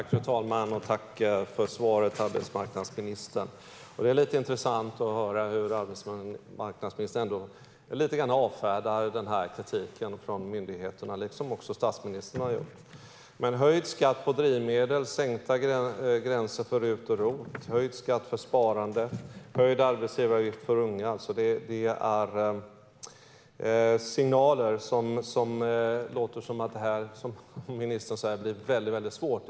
Fru talman! Tack för svaret, arbetsmarknadsministern! Det är lite intressant att höra hur arbetsmarknadsministern lite grann avfärdar kritiken från myndigheterna, liksom också statsministern har gjort. Men höjd skatt på drivmedel, sänkta gränser för RUT och ROT, höjd skatt för sparande och höjd arbetsgivaravgift för unga är signaler. Det låter som att det här, som ministern säger, blir väldigt svårt.